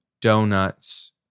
donuts